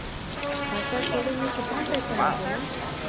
खाता खोले में कितना पैसा लगेला?